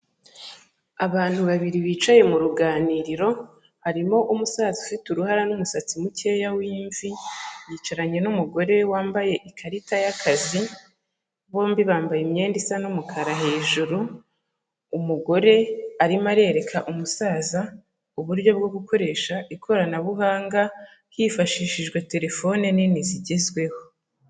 Abantu babiri bicaye mu ruganiriro, harimo umusaza ufite uruhara n'umusatsi mukeya w'imvi, yicaranye n'umugore wambaye ikarita y'akazi, bombi bambaye imyenda isa n'umukara hejuru, umugore arimo arerereka umusaza, uburyo bwo gukoresha ikoranabuhanga, hifashishijwe telefone nini zigezweho.